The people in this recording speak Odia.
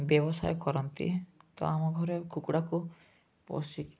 ବ୍ୟବସାୟ କରନ୍ତି ତ ଆମ ଘରେ କୁକୁଡ଼ାକୁ ପଶିକି